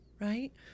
Right